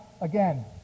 again